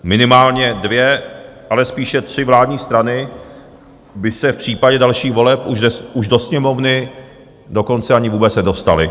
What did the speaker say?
Minimálně dvě, ale spíš tři vládní strany by se v případě dalších voleb už do Sněmovny dokonce ani vůbec nedostaly.